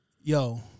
Yo